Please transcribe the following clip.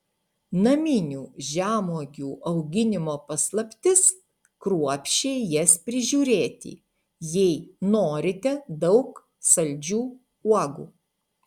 naminių žemuogių auginimo paslaptis kruopščiai jas prižiūrėti jei norite daug saldžių uogų